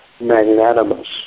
magnanimous